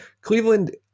Cleveland